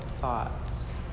thoughts